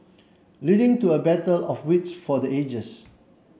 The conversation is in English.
leading to a battle of wits for the ages